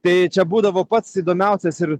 tai čia būdavo pats įdomiausias ir